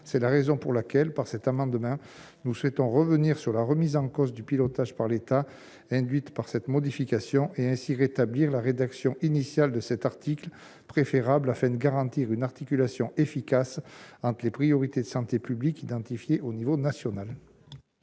C'est la raison pour laquelle, par cet amendement, nous souhaitons revenir sur la remise en cause du pilotage par l'État qu'induit cette modification. Il nous semble en effet préférable de rétablir la rédaction initiale de l'article, afin de garantir une articulation efficace entre les priorités de santé publique identifiées au niveau national.